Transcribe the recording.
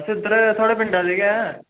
उद्धर थुआढ़े पिंड दे गै